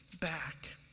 back